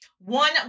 One